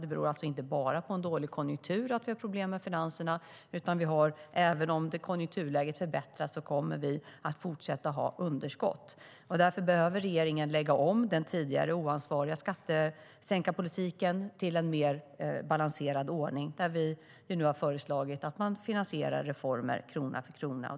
Det beror alltså inte bara på en dålig konjunktur att vi har problem med finanserna. Även om konjunkturläget förbättras kommer vi att fortsätta ha underskott. Därför behöver regeringen lägga om den tidigare oansvariga skattesänkarpolitiken till en mer balanserad ordning. Vi har nu föreslagit att man finansierar reformer krona för krona.